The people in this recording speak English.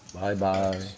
Bye-bye